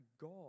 God